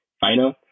final